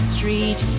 Street